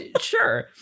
sure